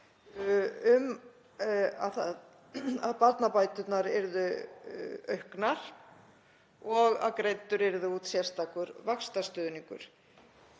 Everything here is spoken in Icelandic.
um að barnabætur yrðu auknar og að greiddur yrði út sérstakur vaxtastuðningur.